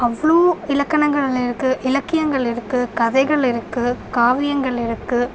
அவ்வளோ இலக்கணங்கள் இருக்குது இலக்கியங்கள் இருக்குது கதைகள் இருக்குது காவியங்கள் இருக்குது